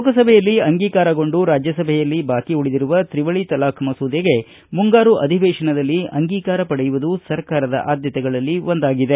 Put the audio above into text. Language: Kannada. ಲೋಕಸಭೆಯಲ್ಲಿ ಅಂಗೀಕಾರಗೊಂಡು ರಾಜ್ಯಸಭೆಯಲ್ಲಿ ಬಾಕಿ ಉಳಿದಿರುವ ತ್ರಿವಳಿ ತಲಾಖ್ ಮಸೂದೆಗೆ ಮುಂಗಾರು ಅಧಿವೇಶನದಲಿ ಅಂಗೀಕಾರ ಪಡೆಯುವುದು ಸರ್ಕಾರದ ಆದ್ಯತೆಗಳಲ್ಲಿ ಒಂದಾಗಿದೆ